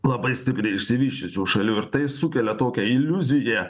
labai stipriai išsivysčiusių šalių ir tai sukelia tokią iliuziją